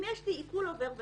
אם יש לי עיקול עובר ושב,